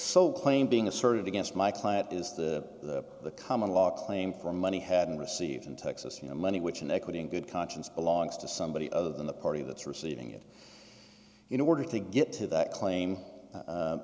so claim being asserted against my client is the common law claim for money hadn't received in texas you know money which in equity in good conscience belongs to somebody other than the party that's receiving it in order to get to that claim